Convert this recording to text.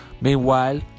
Meanwhile